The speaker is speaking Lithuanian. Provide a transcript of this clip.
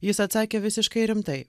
jis atsakė visiškai rimtai